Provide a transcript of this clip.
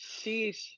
sheesh